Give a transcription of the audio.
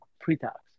pre-tax